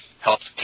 helps